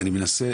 למה?